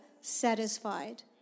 satisfied